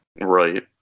Right